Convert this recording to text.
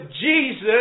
Jesus